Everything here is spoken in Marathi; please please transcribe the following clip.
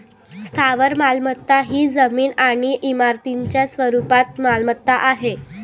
स्थावर मालमत्ता ही जमीन आणि इमारतींच्या स्वरूपात मालमत्ता आहे